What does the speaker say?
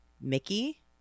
Mickey